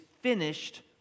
finished